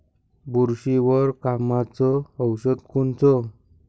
बुरशीवर कामाचं औषध कोनचं?